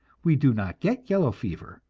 we do not get yellow fever,